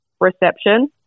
reception